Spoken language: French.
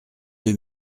deux